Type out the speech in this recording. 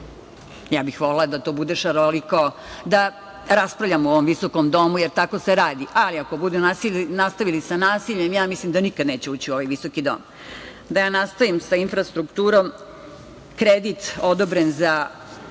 ja bih volela da to bude šaroliku, da raspravljamo u ovom visokom domu, jer tako se radi. Ali, ako budu nastavili sa nasiljem, ja mislim da nikada neće ući u ovaj visoki dom. Da ja nastavim sa infrastrukturom. Kredit odobren za